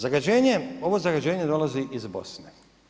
Zagađenje, ovo zagađenje dolazi iz Bosne.